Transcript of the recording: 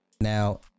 now